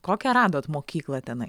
kokią radot mokyklą tenai